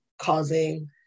causing